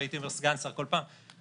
בלי מחקר אקדמי מקיף.